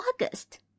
August